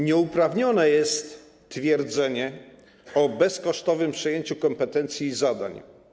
Nieuprawnione jest twierdzenie o bezkosztowym przejęciu kompetencji i zadań.